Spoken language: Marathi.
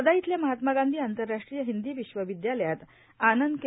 वर्धा इथल्या महात्मा गांधी आंतरराष्ट्रीय हिंदी विश्वविदयालयात आनंद के